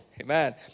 Amen